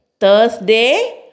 Thursday